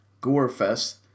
gore-fest